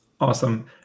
Awesome